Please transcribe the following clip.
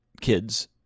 Kids